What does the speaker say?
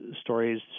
Stories